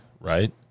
Right